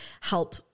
help